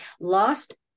lost